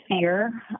fear